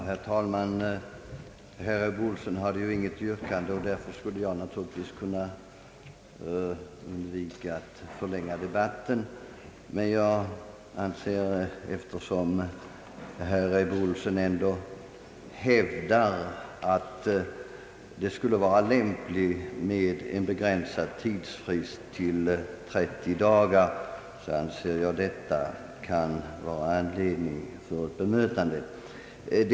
Herr talman! Herr Ebbe Ohlsson ställde inte något yrkande, och jag skulle därför naturligtvis kunna undvika att förlänga debatten. Men eftersom herr Ohlsson ändå hävdar, att det skulle vara lämpligt med en tidsfrist begränsad till 30 dagar, anser jag att detta bör vara anledning till bemötande.